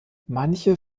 manche